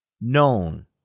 known